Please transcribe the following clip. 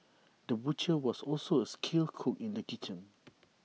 the butcher was also A skilled cook in the kitchen